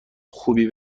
خوبی